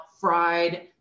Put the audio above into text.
fried